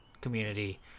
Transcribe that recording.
community